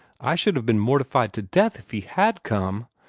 i should have been mortified to death if he had come.